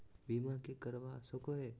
बीमा के करवा सको है?